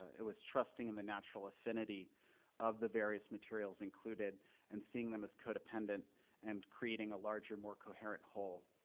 it was trusting in the natural affinity of the various materials included and seeing them as codependent and creating a larger more coherent whole.